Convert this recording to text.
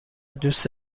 دوست